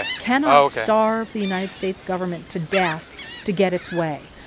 cannot starve the united states government to death to get its way.